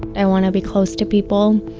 i want to be close to people.